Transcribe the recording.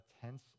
tense